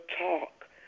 talk